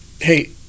hey